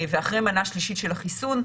ואחרי מנה שלישית של החיסון,